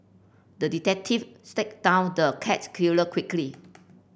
the detective stack down the cat killer quickly